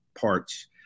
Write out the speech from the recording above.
parts